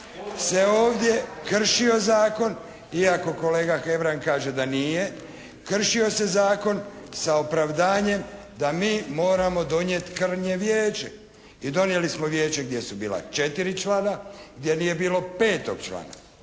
se ovdje kršio zakon iako kolega Hebrang kaže da nije, kršio se zakon sa opravdanjem da mi moramo donijeti krnje vijeće. I donijeli smo Vijeće gdje su bila četiri člana, gdje nije bilo petog člana.